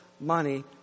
money